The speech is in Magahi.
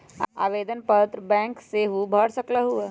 आवेदन पत्र बैंक सेहु भर सकलु ह?